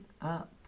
up